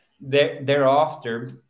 thereafter